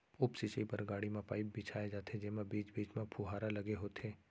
उप सिंचई बर बाड़ी म पाइप बिछाए जाथे जेमा बीच बीच म फुहारा लगे होथे